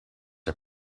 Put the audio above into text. are